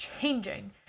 changing